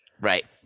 right